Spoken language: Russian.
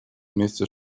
вместе